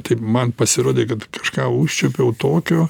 tai man pasirodė kad kažką užčiuopiau tokio